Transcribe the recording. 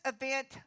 event